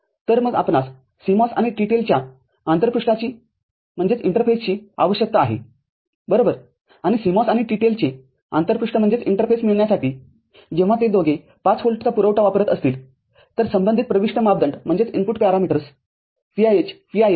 तरमग आपणास CMOS आणि TTL च्या आंतरपृष्ठाचीआवश्यकता आहे बरोबर आणि CMOS आणि TTL चे आंतरपृष्ठमिळण्यासाठीजेव्हा ते दोघे ५ व्होल्टचा पुरवठा वापरत असतीलतर संबंधित प्रविष्ट मापदंड VIH VIL IOH आणि असे सर्व असतील